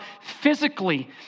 physically